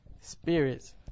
spirits